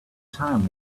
time